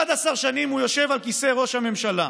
11 שנים הוא יושב על כיסא ראש הממשלה.